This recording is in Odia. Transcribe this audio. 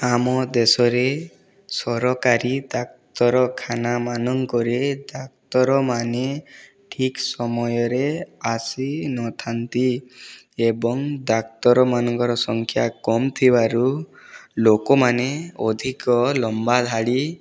ଆମ ଦେଶରେ ସରକାରୀ ଡାକ୍ତରଖାନା ମାନଙ୍କରେ ଡାକ୍ତରମାନେ ଠିକ୍ ସମୟରେ ଆସି ନଥାନ୍ତି ଏବଂ ଡାକ୍ତର ମାନଙ୍କର ସଂଖ୍ୟା କମ ଥିବାରୁ ଲୋକମାନେ ଅଧିକ ଲମ୍ବା ଧାଡ଼ି